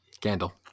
Candle